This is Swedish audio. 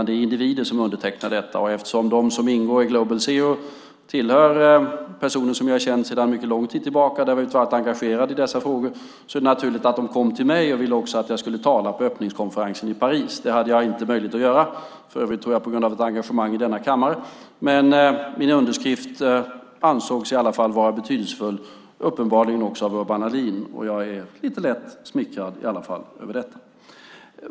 Det är individer som undertecknar det, och eftersom de som ingår i Global Zero är personer som jag har känt sedan mycket lång tid genom vårt engagemang i dessa frågor är det naturligt att man också kom till mig, och de ville också att jag skulle tala på öppningskonferensen i Paris. Det hade jag inte möjlighet att göra, för övrigt, tror jag, på grund av ett engagemang i denna kammare. Men min underskrift ansågs i alla fall vara betydelsefull, uppenbarligen också av Urban Ahlin. Jag är lite lätt smickrad över det.